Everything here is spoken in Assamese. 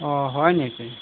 অঁ হয় নেকি